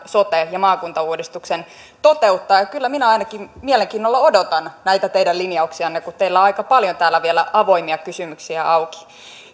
sote ja maakuntauudistuksen toteuttaa ja ja kyllä minä ainakin mielenkiinnolla odotan näitä teidän linjauksianne kun teillä on aika paljon täällä vielä kysymyksiä auki